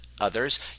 Others